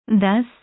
Thus